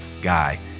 guy